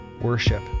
worship